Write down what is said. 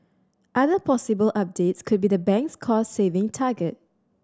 other possible updates could be the bank's cost saving target